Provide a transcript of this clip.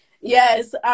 Yes